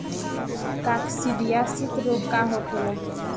काकसिडियासित रोग का होखेला?